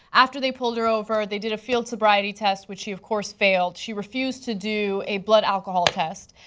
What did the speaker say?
after they pulled her over they did a field sobriety test, which she of course failed. she refused to do a blood alcohol test,